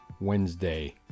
Wednesday